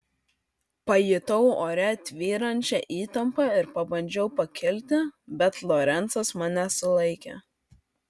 pajutau ore tvyrančią įtampą ir pabandžiau pakilti bet lorencas mane sulaikė